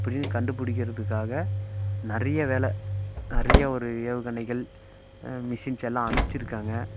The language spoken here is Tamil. அப்படின்னு கண்டுப்பிடிக்கிறதுக்காக நிறைய வேலை நிறைய ஒரு ஏவுகணைகள் மிஷின்ஸ் எல்லாம் அணுச்சிருக்காங்க